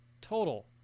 total